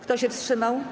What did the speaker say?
Kto się wstrzymał?